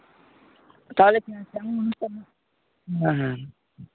তাহলে কেমন অনুষ্ঠান হ না হ্যাঁ